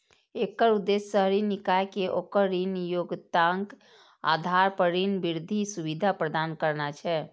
एकर उद्देश्य शहरी निकाय कें ओकर ऋण योग्यताक आधार पर ऋण वृद्धि सुविधा प्रदान करना छै